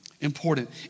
important